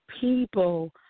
people